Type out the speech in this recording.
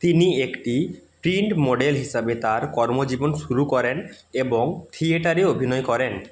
তিনি একটি print model হিসাবে তার কর্মজীবন শুরু করেন এবং থিয়েটারে অভিনয় করেন